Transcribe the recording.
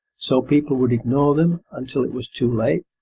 so people would ignore them until it was too late?